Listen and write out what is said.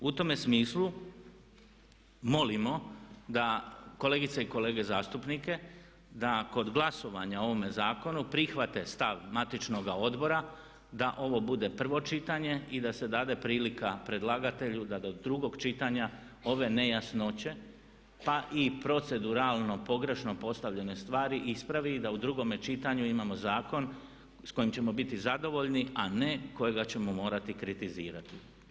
U tome smislu molimo da kolegice i kolege zastupnike da kod glasovanja o ovome zakonu prihvate stav matičnoga odbora da ovo bude prvo čitanje i da se dade prilika predlagatelju da do drugog čitanja ove nejasnoće pa i proceduralno pogrešno postavljene stvari ispravi i da u drugome čitanju imamo zakon s kojim ćemo biti zadovoljni a ne kojega ćemo morati kritizirati.